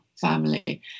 family